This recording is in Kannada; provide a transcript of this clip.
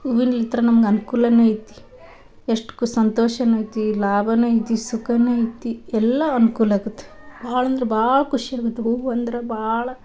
ಹೂವಿನ್ಲಿತ್ರ ನಮ್ಗೆ ಅನ್ಕೂಲನು ಐತಿ ಎಷ್ಟು ಕು ಸಂತೋಷನು ಐತಿ ಲಾಭನು ಐತಿ ಸುಖನು ಐತಿ ಎಲ್ಲ ಅನ್ಕೂಲಾಗುತ್ತೆ ಭಾಳ ಅಂದ್ರೆ ಭಾಳ ಕುಷಿಯಾಗುತ್ತೆ ಹೂ ಅಂದ್ರೆ ಭಾಳ